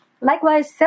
Likewise